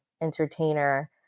entertainer